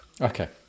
okay